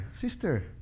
sister